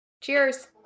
Cheers